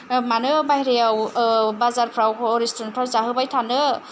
मानो बायहेरायाव औ बाजारफ्राव रेस्टुरेन्टफ्राव जाहोबाय थानो